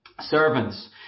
Servants